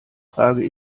trage